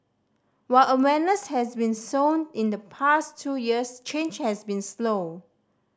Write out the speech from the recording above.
while awareness has been sown in the past two years change has been slow